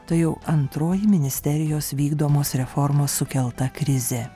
tai jau antroji ministerijos vykdomos reformos sukelta krizė